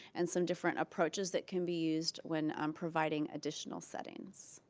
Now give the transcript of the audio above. and some different approaches that can be used when um providing additional settings.